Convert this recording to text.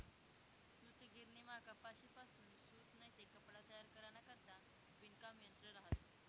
सूतगिरणीमा कपाशीपासून सूत नैते कपडा तयार कराना करता विणकाम यंत्र रहास